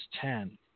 ten